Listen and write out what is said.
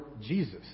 Jesus